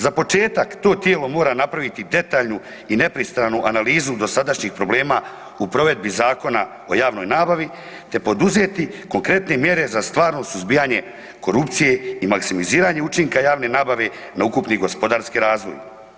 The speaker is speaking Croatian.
Za početak, to tijelo mora napraviti detaljnu i nepristranu analizu dosadašnjih problema u provedbi Zakona o javnoj nabavi te poduzeti konkretne mjere za stvarno suzbijanje korupcije i maksimiziranje učinka javne nabave na ukupni gospodarski razvoj.